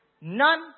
none